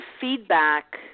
feedback